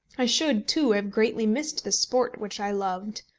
i should, too, have greatly missed the sport which i loved.